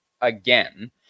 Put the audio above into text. again